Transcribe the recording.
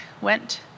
went